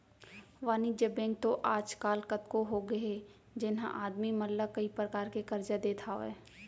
वाणिज्य बेंक तो आज काल कतको होगे हे जेन ह आदमी मन ला कई परकार के करजा देत हावय